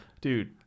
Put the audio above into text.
dude